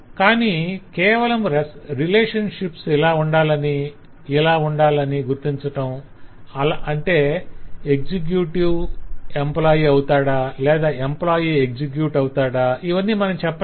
కాని కేవలం రేలషన్శిప్ ఇలా ఉండాలని ఇలా ఉండాలని గుర్తించటం అంటే ఎక్సెక్యుటివ్ ఎంప్లాయ్ అవుతాడా లేదా ఎంప్లాయ్ ఎక్సెక్యుటివ్ అవుతాడా ఇవన్నీ మనం చెప్పలేం